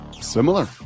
similar